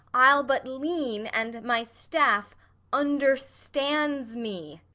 i'll but lean, and my staff understands me.